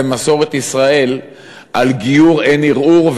במסורת ישראל על גיור אין ערעור,